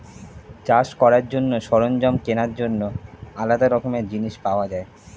চাষ করার জন্য সরঞ্জাম কেনার জন্য আলাদা রকমের জিনিস পাওয়া যায়